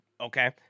okay